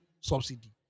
subsidy